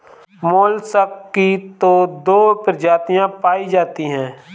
mollusc की तो दो प्रजातियां पाई जाती है